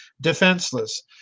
defenseless